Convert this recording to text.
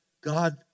God